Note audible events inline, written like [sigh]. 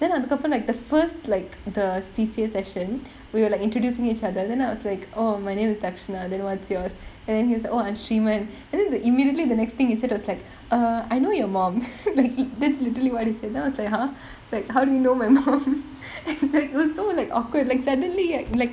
then அதுக்கப்புறம்:athukkappuram like the first like the C_C_A session we were like introducing each other then I was like oh my name is tashina what's yours and then he was like oh im shriman and then the immediately the next thing he said was like err I know your mom [laughs] like literally what he said then I was like !huh! how do you know my mum and it was so like awkward like suddenly leh like